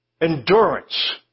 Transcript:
endurance